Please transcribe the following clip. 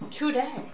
Today